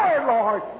Lord